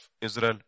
Israel